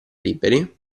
liberi